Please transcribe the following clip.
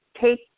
take